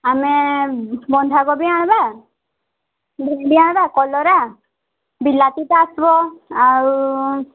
ଆମେ ବନ୍ଧାକୋବି ଆଣିବା ଭେଣ୍ଡି ଆଣବା କଲରା ବିଲାତି ତ ଆସିବ ଆଉ